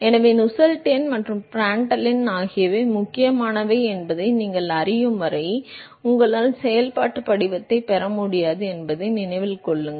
எனவே நுசெல்ட் எண் மற்றும் ப்ராண்ட்டல் எண் ஆகியவை முக்கியமானவை என்பதை நீங்கள் அறியும் வரை உங்களால் செயல்பாட்டு படிவத்தைப் பெற முடியாது என்பதை நினைவில் கொள்ளுங்கள்